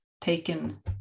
taken